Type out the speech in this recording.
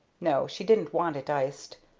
no, she didn't want it iced.